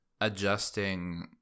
adjusting